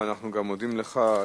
ואנחנו גם מודים לך,